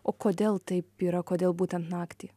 o kodėl taip yra kodėl būtent naktį